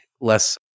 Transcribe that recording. less